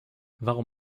warum